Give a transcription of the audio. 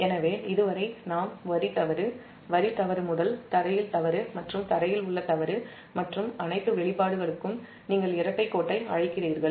எனவே இதுவரை நாம் வரி தவறு முதல் க்ரவுன்ட்ல் தவறு மற்றும் க்ரவுன்ட்ல் உள்ள தவறு மற்றும் அனைத்து வெளிப்பாடு களுக்கும் நீங்கள் இரட்டை கோட்டை அழைக்கிறீர்கள்